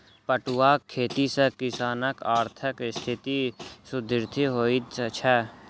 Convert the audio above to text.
पटुआक खेती सॅ किसानकआर्थिक स्थिति सुदृढ़ होइत छै